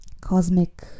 cosmic